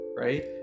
right